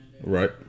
Right